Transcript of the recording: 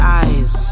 eyes